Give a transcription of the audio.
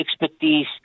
expertise